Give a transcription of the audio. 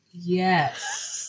yes